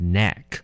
neck